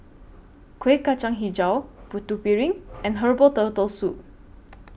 Kueh Kacang Hijau Putu Piring and Herbal Turtle Soup